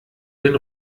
den